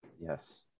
Yes